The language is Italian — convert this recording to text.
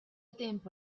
tempo